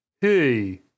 hey